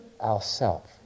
ourself